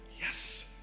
Yes